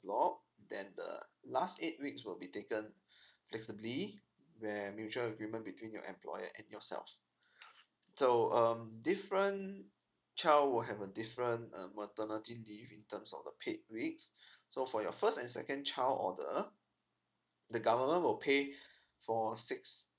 block then the last eight weeks will be taken flexibly where a mutual agreement between your employer and yourself so um different child will have a different uh maternity leave in terms of the paid weeks so for your first and second child order the government will pay for six